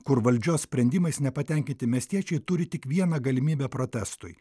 kur valdžios sprendimais nepatenkinti miestiečiai turi tik vieną galimybę protestui